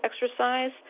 exercise